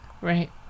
Right